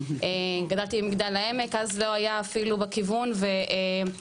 גדלתי במגדל העמק ואז לא היה אפילו בכיוון ודווקא